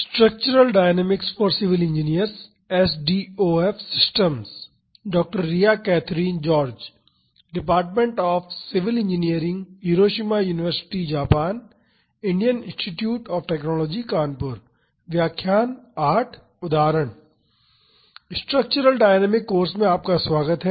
structural dynamics course में आपका स्वागत है